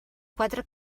quatre